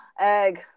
Egg